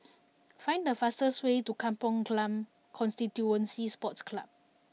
find the fastest way to Kampong Glam Constituency Sports Club